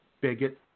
bigot